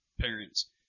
parents